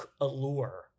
allure